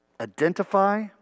identify